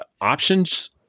Options